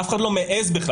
אף אחד לא מעז בכלל.